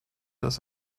das